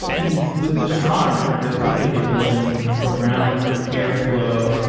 and with astronomer, the company that you're building around airflow,